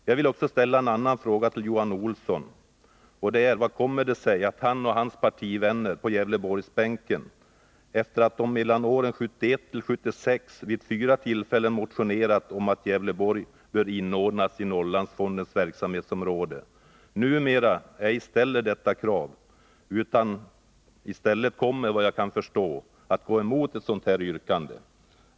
Jag vill också ställa en annan fråga till Johan Olsson, och det är: Hur kommer det sig att han och hans partivänner på Gävleborgsbänken, efter att de mellan åren 1971 och 1976 vid fyra tillfällen motionerat om att Gävleborg skulle inordnas i Norrlandsfondens verksamhetsområde, numera ej ställer detta krav, utan i stället — vad jag kan förstå — kommer att gå emot ett sådant yrkande?